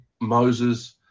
Moses